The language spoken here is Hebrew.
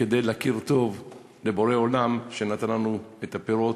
כדי להכיר טוב לבורא עולם שנתן לנו את הפירות.